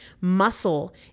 Muscle